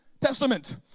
Testament